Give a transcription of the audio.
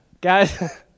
Guys